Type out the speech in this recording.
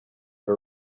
for